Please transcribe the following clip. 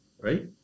right